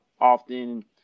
often